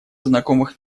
знакомых